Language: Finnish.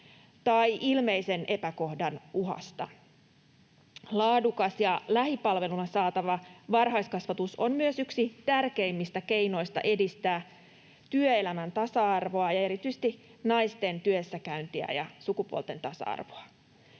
tai ilmeisen epäkohdan uhasta. Laadukas ja lähipalveluna saatava varhaiskasvatus on myös yksi tärkeimmistä keinoista edistää työelämän tasa-arvoa ja erityisesti naisten työssäkäyntiä ja sukupuolten tasa-arvoa.